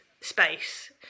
space